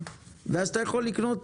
את הסכום העיקרי בהתחלה ואז ישלם משכנתא,